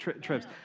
trips